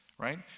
right